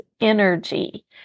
energy